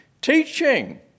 Teaching